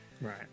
right